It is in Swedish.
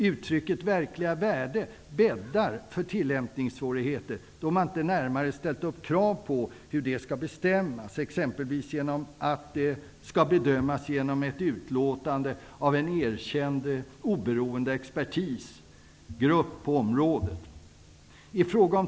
Uttrycket ''verkliga värde'' bäddar för tillämpningssvårigheter, då man inte har ställt upp närmare krav på hur detta skall bestämmas. Det skall exempelvis bedömas genom ett utlåtande av en erkänd, oberoende expertisgrupp på området.